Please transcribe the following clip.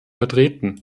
vertreten